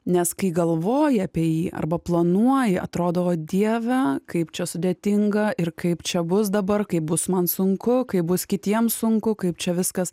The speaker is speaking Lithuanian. nes kai galvoji apie jį arba planuoji atrodo o dieve kaip čia sudėtinga ir kaip čia bus dabar kaip bus man sunku kaip bus kitiems sunku kaip čia viskas